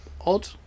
odd